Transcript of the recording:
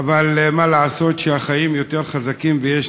אבל מה לעשות שהחיים יותר חזקים ויש